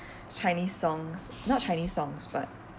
chinese songs not chinese songs but